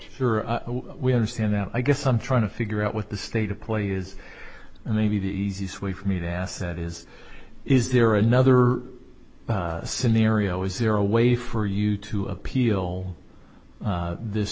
sure we understand that i guess i'm trying to figure out what the state of play is and they be the easiest way for me to asset is is there another scenario is there a way for you to appeal this